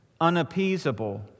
unappeasable